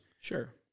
Sure